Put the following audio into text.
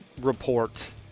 report